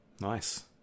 Nice